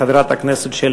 חברת הכנסת שלי